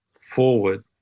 forward